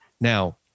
Now